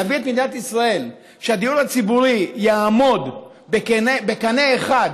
להביא את מדינת ישראל לכך שהדיור הציבורי יעמוד בקנה אחד